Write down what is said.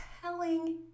telling